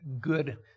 good